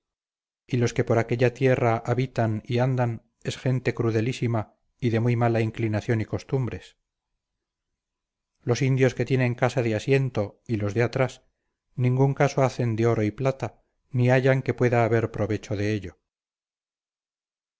y los que por aquella tierra habitan y andan es gente crudelísima y de muy mala inclinación y costumbres los indios que tienen casa de asiento y los de atrás ningún caso hacen de oro y plata ni hallan que pueda haber provecho de ello